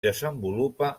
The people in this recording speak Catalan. desenvolupa